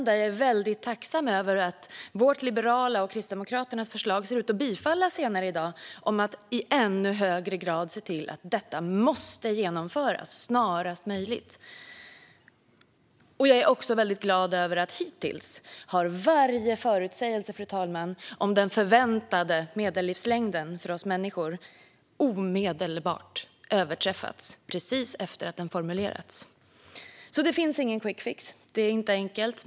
Där är jag väldigt tacksam över att Liberalernas och Kristdemokraternas förslag om att i ännu högre grad se till att detta måste genomföras snarast möjligt ser ut att bifallas senare i dag. Jag är också väldigt glad, fru talman, över varje förutsägelse om den förväntade medellivslängden hittills har överträffats precis efter att den formulerats. Det finns ingen quick fix. Det är inte enkelt.